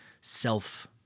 self